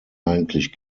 eigentlich